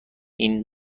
این